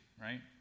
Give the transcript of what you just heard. right